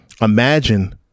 Imagine